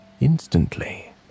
Instantly